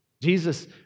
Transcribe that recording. Jesus